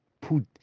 put